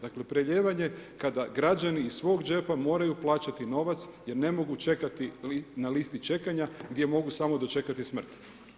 Dakle, prelijevanje, kada građani iz svog džepa moraju plaćati novac jer ne mogu čekati na listi čekanja gdje mogu samo dočekati smrt.